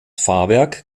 fahrwerk